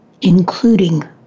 including